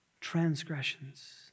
transgressions